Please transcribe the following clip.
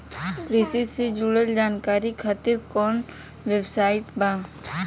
कृषि से जुड़ल जानकारी खातिर कोवन वेबसाइट बा?